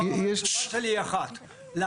אבל אני אומר שהתשובה שלי היא אחת.